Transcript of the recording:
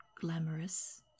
glamorous